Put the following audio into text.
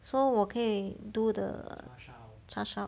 so 我可以 do the 叉烧